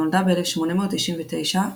שנולדה ב-1899,